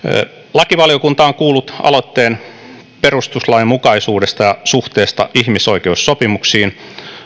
lakivaliokunta on kuullut aloitteen perustuslainmukaisuudesta ja suhteesta ihmisoikeussopimuksiin